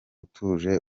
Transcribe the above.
utuje